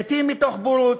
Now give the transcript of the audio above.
לעתים מתוך בורות,